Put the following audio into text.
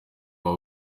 aba